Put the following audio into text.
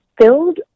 Filled